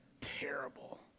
Terrible